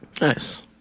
Nice